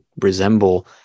resemble